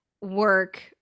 work